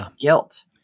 guilt